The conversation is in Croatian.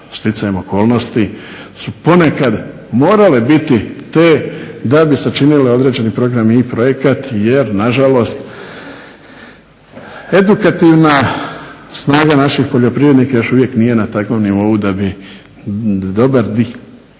stjecajem okolnosti su ponekad morale biti te da bi sačinile određeni program i projekt jer nažalost edukativna snaga naših poljoprivrednika još uvijek nije na takvom nivou da bi dobar dio